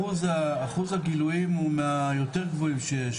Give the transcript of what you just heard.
אחוז הגילויים הוא מהיותר גבוהים שיש,